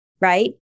right